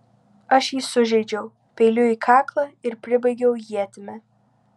aš jį sužeidžiau peiliu į kaklą ir pribaigiau ietimi